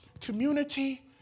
Community